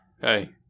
Hey